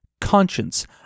Conscience